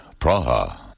Praha